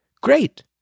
Great